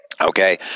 Okay